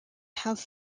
have